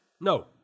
No